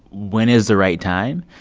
when is the right time?